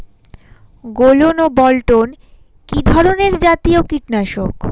গোলন ও বলটন কি ধরনে জাতীয় কীটনাশক?